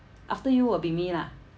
after you will be me lah